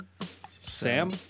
Sam